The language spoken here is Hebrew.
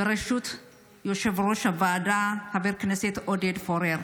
בראשות יושב-ראש הוועדה, חבר הכנסת עודד פורר,